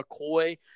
McCoy